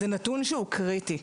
זה נתון שהוא קריטי.